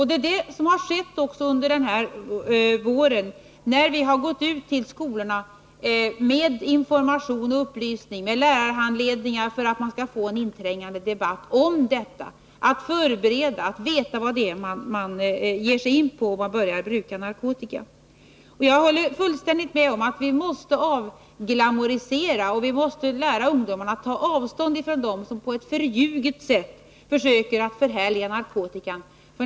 Det har också skett under den här våren när vi gått ut till skolorna med information och lärarhandledningar för att få i gång en inträngande debatt om vad man ger sig in på om man börjar bruka narkotika. Jag håller fullständigt med om att vi måste avglamourisera drogbruket och lära ungdomarna att ta avstånd från dem som på ett förljuget sätt försöker förhärliga narkotikan.